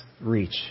reach